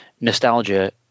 nostalgia